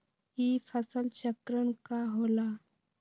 ई फसल चक्रण का होला?